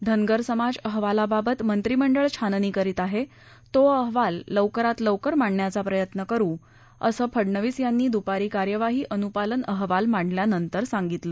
धनगर समाज अहवालाबाबत मंत्रिमंडळ छाननी करीत आहे तोही अहवाल लवकरात लवकर मांडण्याचा प्रयत्न करू असं फडणवीस यांनी दुपारी कार्यवाही अनुपालन अहवाल मांडल्यानंतर सांगितलं